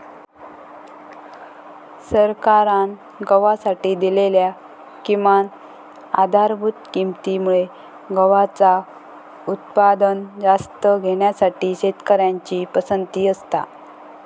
सरकारान गव्हासाठी दिलेल्या किमान आधारभूत किंमती मुळे गव्हाचा उत्पादन जास्त घेण्यासाठी शेतकऱ्यांची पसंती असता